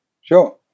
sure